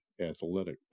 athletic